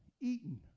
eaten